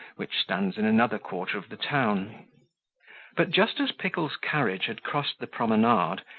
which stands in another quarter of the town but, just as pickle's carriage had crossed the promenade,